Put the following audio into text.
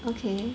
okay